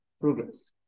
progress